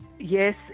Yes